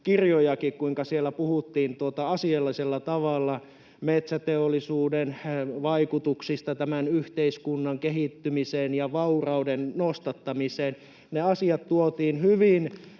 kirjojakin, kuinka siellä puhuttiin asiallisella tavalla metsäteollisuuden vaikutuksista tämän yhteiskunnan kehittymiseen ja vaurauden nostattamiseen. Ne asiat tuotiin hyvin